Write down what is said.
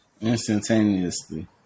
Instantaneously